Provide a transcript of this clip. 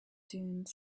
dune